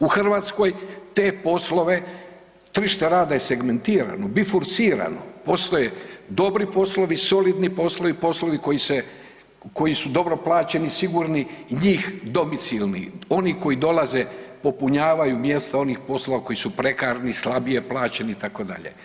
U Hrvatskoj te poslove, tržište rada je segmentirano, ... postoje dobri poslovi, solidni poslovi, poslovi koji se, koji su dobro plaćeni, sigurni i njih domicilni, oni koji dolaze, popunjavaju mjesta onih poslova koji su prekardni, slabije plaćeni, itd.